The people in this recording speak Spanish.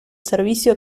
servicio